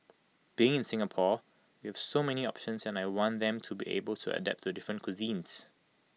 being in Singapore we have so many options and I want them to be able to adapt to different cuisines